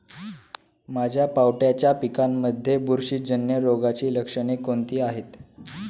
माझ्या पावट्याच्या पिकांमध्ये बुरशीजन्य रोगाची लक्षणे कोणती आहेत?